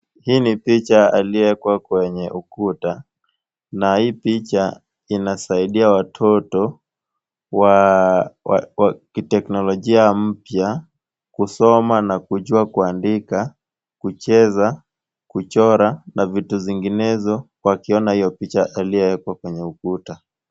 Hii ni picha iliyowekwa kwenye ukuta na hii picha inasaidia watoto wa kiteknolojia mpya kusoma na kujua kuandika, kucheza, kuchora na vitu zinginezo wakiona hiyo picha iliyowekwa kwenye ukuta.